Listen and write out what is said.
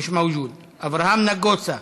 מיש מווג'וד, אברהם נגוסה,